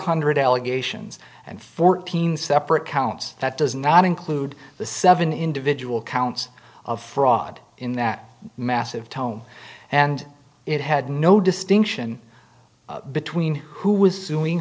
hundred allegations and fourteen separate counts that does not include the seven individual counts of fraud in that massive tome and it had no distinction between who was suing